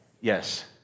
Yes